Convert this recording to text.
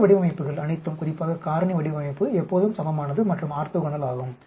இந்த வடிவமைப்புகள் அனைத்தும் குறிப்பாக காரணி வடிவமைப்பு எப்போதும் சமமானது மற்றும் ஆர்த்தோகனல் ஆகும்